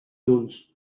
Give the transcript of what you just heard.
junts